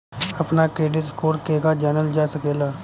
अपना credit score केगा जानल जा सकेला?